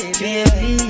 baby